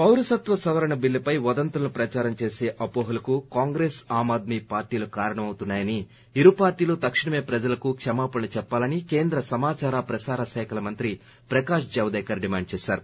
పౌరసత్వ సవరణ బిల్లుపై వదంతులను ప్రదారం చేసే అవోహలకు కాంగ్రెస్ ఆమ్ ఆద్మీ పార్టీ కారణమౌతున్నాయని ఇరుపార్లీలు తక్షణం ప్రజలకు క్షమాపణలు చెప్పాలని కేంద్ర సమాచార ప్రసార శాఖ మంత్రి ప్రకాష్ జవదేకర్ డిమాండ్ చేశారు